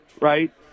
right